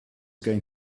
going